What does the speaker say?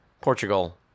Portugal